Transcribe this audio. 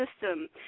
system